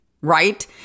right